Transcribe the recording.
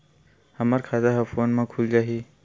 हमर खाता ह फोन मा खुल जाही?